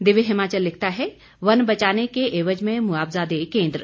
दिव्य हिमाचल लिखता है वन बचाने के एवज में मुआवजा दे केन्द्र